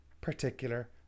particular